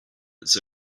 its